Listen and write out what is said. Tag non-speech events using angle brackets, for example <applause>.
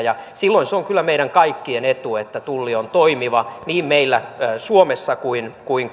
silloin se on kyllä meidän kaikkien etu että tulli on toimiva niin meillä suomessa kuin kuin <unintelligible>